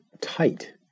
tight